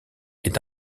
est